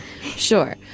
sure